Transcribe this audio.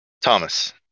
Thomas